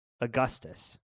Augustus